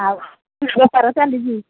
ଆଉ ବେପାର ଚାଲିଛି